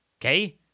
Okay